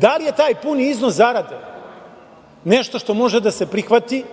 Da li je taj puni iznos zarade nešto što može da se prihvati,